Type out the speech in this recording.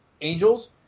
Angels